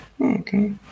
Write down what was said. Okay